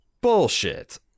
Bullshit